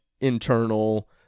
internal